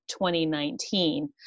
2019